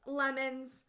lemons